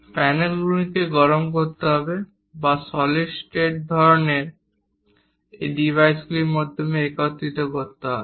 প্যানেলগুলিকে গরম করতে হবে বা সলিড স্টেট ধরণের ডিভাইসের মাধ্যমে একত্রিত করতে হবে